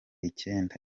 icyenda